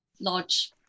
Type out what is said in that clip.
large